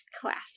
Classic